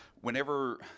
whenever